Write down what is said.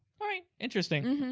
alright, interesting.